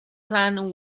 clan